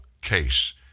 case